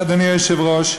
אדוני היושב-ראש,